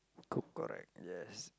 c~ correct yes